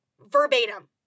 verbatim